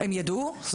הם ידעו?